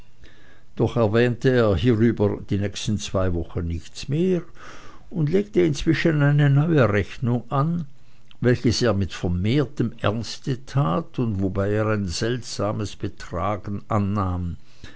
doch erwähnte er hierüber die nächsten zwei wochen nichts mehr und legte inzwischen eine neue rechnung an welches er mit vermehrtem ernste tat und wobei er ein seltsames betragen annahm